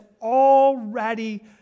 already